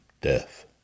death